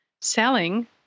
selling